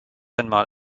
einmal